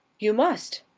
you must!